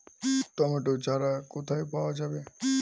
Tomato চারা কোথায় পাওয়া যাবে?